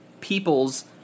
people's